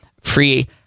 free